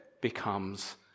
becomes